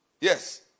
Yes